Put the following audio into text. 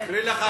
להקריא לך,